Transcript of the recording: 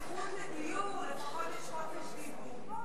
אם אין זכות לדיור, לפחות יש חופש דיבור.